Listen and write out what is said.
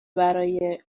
برای